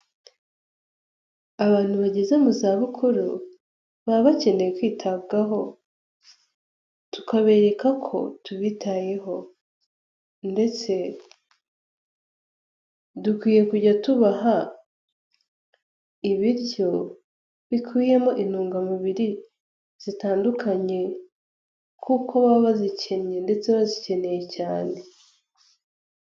Abantu bageze mu zabukuru baba bakeneye kwitabwaho tukabereka ko tubitayeho, ndetse dukwiye kujya tubaha ibiryo bikubiyemo intungamubiri zitandukanye, kuko baba bazikennye ndetse bazikeneye cyane.